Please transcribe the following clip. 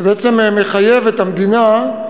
שבעצם מחייב את המדינה,